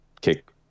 kick